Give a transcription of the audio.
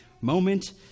moment